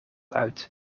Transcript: uit